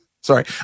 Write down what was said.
Sorry